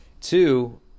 Two